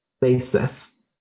basis